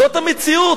זאת המציאות.